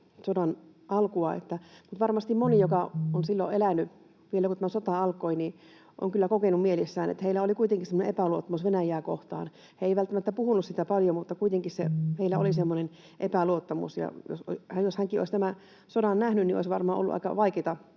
sodan alkua, mutta varmasti moni, joka on silloin elänyt vielä, kun tämä sota alkoi, on kyllä kokenut mielessään, että heillä oli kuitenkin semmoinen epäluottamus Venäjää kohtaan. He eivät välttämättä puhuneet siitä paljon, mutta kuitenkin heillä oli semmoinen epäluottamus. Jos kummisetäkin olisi tämän sodan nähnyt, niin olisi varmaan ollut aika vaikeita